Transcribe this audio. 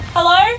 Hello